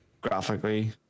graphically